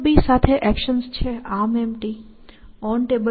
Pickup સાથે actions છે ArmEmpty OnTable અને Clear